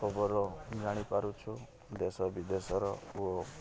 ଖବର ଜାଣିପାରୁଛୁ ଦେଶ ବିଦେଶର ଓ